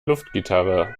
luftgitarre